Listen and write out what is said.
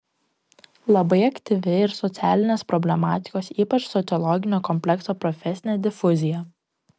labai aktyvi ir socialinės problematikos ypač sociologinio komplekso profesinė difuzija